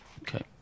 Okay